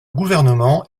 gouvernement